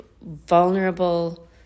vulnerable